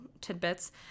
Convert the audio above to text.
tidbits